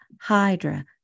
Hydra